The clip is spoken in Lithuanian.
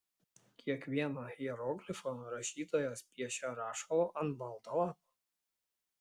kiekvieną hieroglifą rašytojas piešia rašalu ant balto lapo